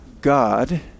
God